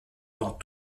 dans